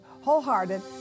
wholehearted